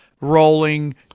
rolling